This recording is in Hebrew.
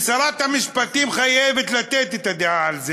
ושרת המשפטים חייבת לתת את הדעת על זה,